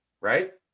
Right